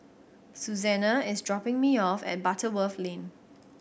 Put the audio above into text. Suzanna is dropping me off at Butterworth Lane